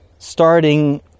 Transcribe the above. starting